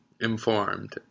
informed